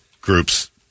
groups